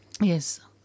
Yes